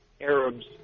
Arabs